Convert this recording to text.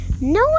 no